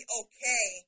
okay